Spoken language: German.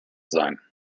sein